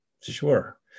Sure